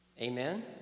Amen